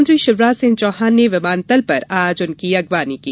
मुख्यमंत्री शिवराज सिंह चौहान ने विमानतल पर आज उनकी अगवानी की